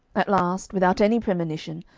at last, without any premonition,